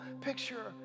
picture